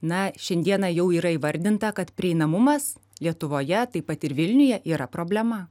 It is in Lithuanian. na šiandieną jau yra įvardinta kad prieinamumas lietuvoje taip pat ir vilniuje yra problema